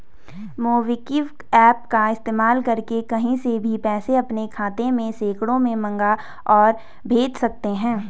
MobiKwik app का इस्तेमाल करके कहीं से भी पैसा अपने खाते में सेकंडों में मंगा और भेज सकते हैं